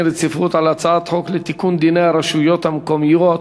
רציפות על הצעת חוק לתיקון דיני הרשויות המקומיות